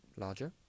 larger